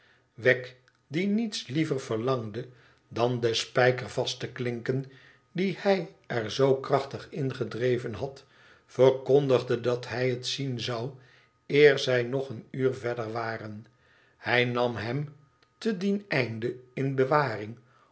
wegg die niets liever verlangde dan den spijker vast te klinken dien hij er zoo krachtig ingedreven had verkondigde dat hij het zien zou eer zij nog een uur verder waren hij nam hem te dien einde in bewaring